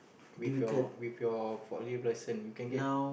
with your with your forklift license you can get